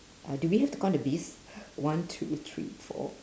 uh do we have to count the bees one two three four